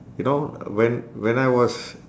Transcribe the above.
you know when when I was